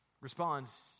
responds